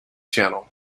channel